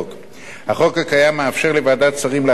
החוק הקיים מאפשר לוועדת שרים להכריז על אדם זר